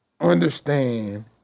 understand